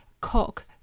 cock